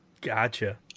gotcha